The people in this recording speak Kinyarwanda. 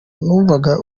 numvaga